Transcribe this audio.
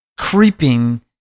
creeping